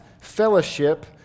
fellowship